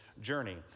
journey